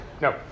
No